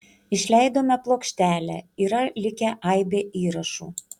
išleidome plokštelę yra likę aibė įrašų